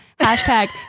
Hashtag